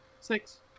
Six